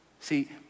See